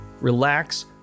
relax